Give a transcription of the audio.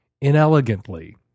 inelegantly